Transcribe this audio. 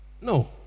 No